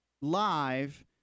live